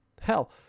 Hell